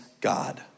God